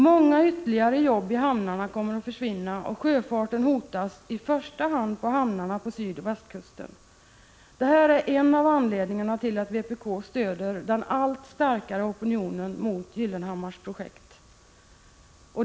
Många ytterligare jobb i hamnarna kommer att försvinna, och sjöfarten i första hand på hamnarna på sydovh västkusten hotas. Det är en av anledningarna till att vpk stöder den allt starkare opinionen mot Gyllenhammars projekt.